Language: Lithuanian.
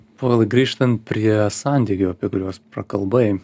povilai grįžtant prie santykių apie kuriuos prakalbai